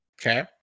Okay